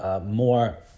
More